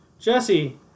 Jesse